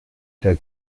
der